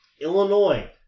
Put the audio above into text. Illinois